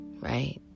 right